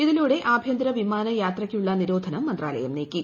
ഇതിലൂടെ ആഭ്യന്തര വിമാന യാത്രക്കുള്ള നിരോധനം മന്ത്രാലയം നീക്കി